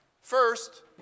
First